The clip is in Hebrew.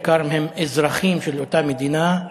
בעיקר אם הם אזרחים של אותה מדינה,